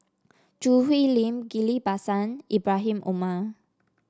Choo Hwee Lim Ghillie Basan Ibrahim Omar